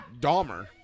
Dahmer